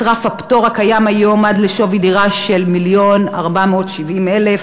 רף הפטור הקיים היום עד לשווי דירה של 1.470 מיליון,